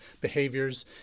behaviors